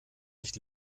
nicht